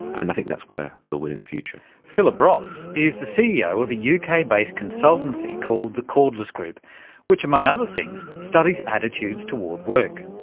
and i think that's where we'll win in the future. philip ross is the ceo of a uk-based consultancy called the cordless group which, among other things, studies attitudes toward work.